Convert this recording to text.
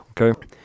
Okay